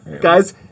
Guys